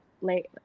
late